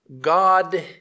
God